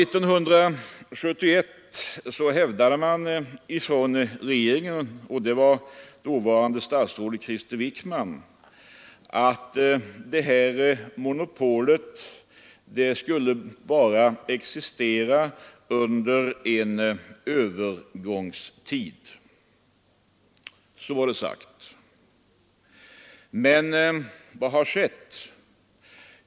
1971 hävdades det från regeringen — det var dåvarande statsrådet Krister Wickman som sade det — att det här monopolet skulle existera bara under en övergångstid. Så var det sagt — men vad har skett?